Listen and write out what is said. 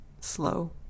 slow